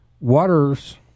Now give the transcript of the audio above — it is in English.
waters